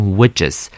witches